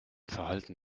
verhalten